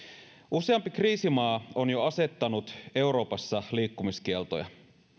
useampi kriisimaa on jo asettanut euroopassa liikkumiskieltoja